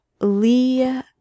Lee